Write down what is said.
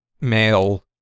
male